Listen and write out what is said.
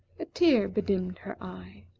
a tear bedimmed her eye.